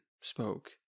spoke